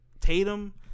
Tatum